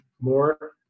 more